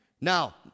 Now